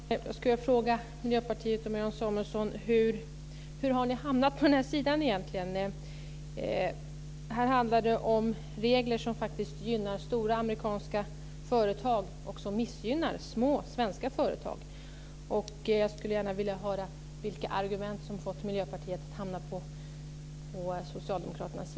Fru talman! Jag skulle vilja fråga Miljöpartiet och Marianne Samuelsson hur ni har hamnat på den här sidan egentligen. Här handlar det om regler som faktiskt gynnar stora amerikanska företag och som missgynnar små svenska företag. Jag skulle vilja höra vilka argument som har fått Miljöpartiet att hamna på